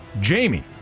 Jamie